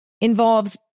involves